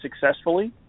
successfully